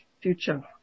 future